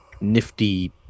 nifty